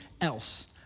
else